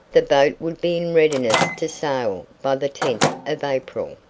the boat would be in readiness to sail by the tenth of april.